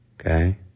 Okay